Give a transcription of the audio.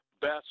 best